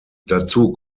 dazu